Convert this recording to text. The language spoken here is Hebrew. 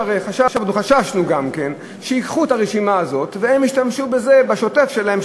חששנו שהם ייקחו את הרשימה הזאת וישתמשו בה בשוטף שלהם,